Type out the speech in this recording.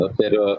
pero